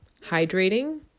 hydrating